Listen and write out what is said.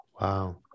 Wow